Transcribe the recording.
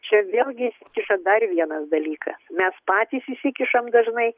čia vėlgi kišas dar vienas dalykas mes patys įsikišam dažnai